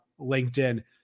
LinkedIn